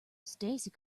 stacey